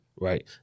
Right